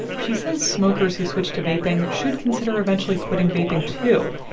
she says smokers who switch to vaping should consider eventually quitting vaping, too.